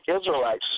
Israelites